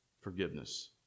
Forgiveness